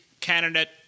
candidate